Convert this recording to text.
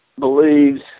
believes